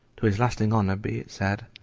to his lasting honor be it said,